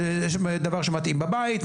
זה דבר שמתאים בבית,